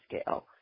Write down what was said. scale